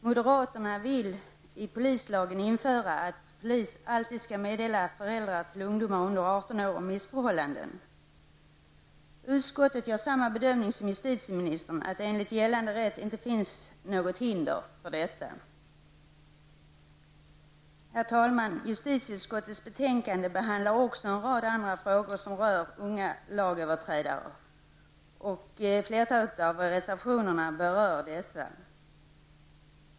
Moderaterna vill införa i polislagen att polis alltid skall meddela föräldrar till ungdomar under 18 år om missförhållanden. Utskottet gör samma bedömning som justitieministern, att det enligt gällande rätt inte finns något hinder för detta. Herr talman! Justitieutskottets betänkande behandlar också en rad andra frågor som rör unga lagöverträdare. Flertalet av reservationerna berör dessa.